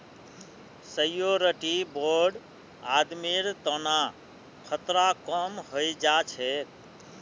surety bond आदमीर तना खतरा कम हई जा छेक